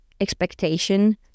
expectation